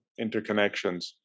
interconnections